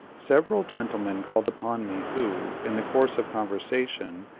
several gentlemen called upon me who, in the course of conversation,